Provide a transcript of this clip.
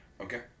Okay